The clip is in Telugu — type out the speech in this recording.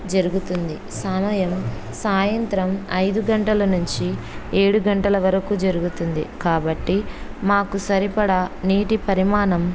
జరుగుతుంది సమయం సాయంత్రం ఐదు గంటల నుంచి ఏడు గంటల వరకు జరుగుతుంది కాబట్టి మాకు సరిపడా నీటి పరిమాణం